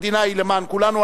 המדינה היא למען כולנו.